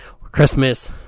Christmas